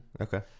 Okay